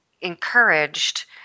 encouraged